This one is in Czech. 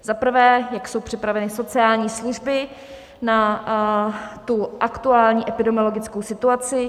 Za prvé, jak jsou připraveny sociální služby na tu aktuální epidemiologickou situaci.